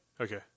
Okay